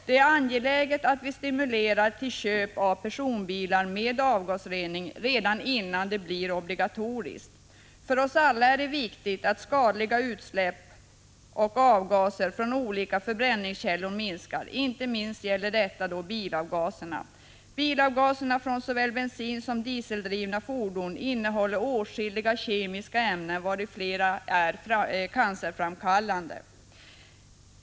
Det är angeläget att vi stimulerar till köp av personbilar med avgasrening redan innan det blir obligatoriskt. För oss alla är det viktigt att skadliga utsläpp och avgaser från olika förbränningskällor minskar. Inte minst gäller detta bilavgaserna. Bilavgaser från såväl bensinsom dieseldrivna fordon innehåller åtskilliga kemiska ämnen, varav flera är cancerframkallande.